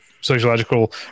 sociological